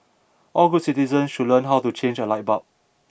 all good citizens should learn how to change a light bulb